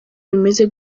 bimeze